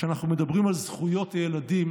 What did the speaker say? כשאנחנו מדברים על זכויות ילדים